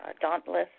dauntless